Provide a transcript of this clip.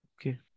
Okay